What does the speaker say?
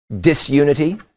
disunity